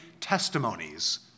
testimonies